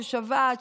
ששבת,